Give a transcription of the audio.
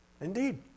Indeed